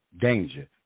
danger